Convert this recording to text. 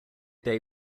day